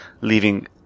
leaving